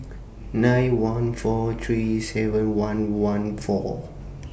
nine one four three seven one one four